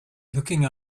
looking